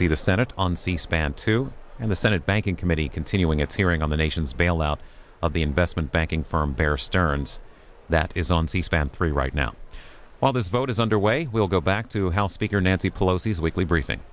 see the senate on c span two and the senate banking committee continuing its hearing on the nation's bailout of the investment banking firm bear stearns that is on cspan three right now while this vote is underway will go back to house speaker nancy pelosi is a weekly briefing